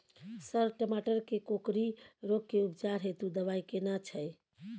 Sir टमाटर में कोकरि रोग के उपचार हेतु दवाई केना छैय?